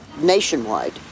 nationwide